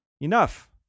enough